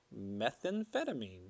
methamphetamine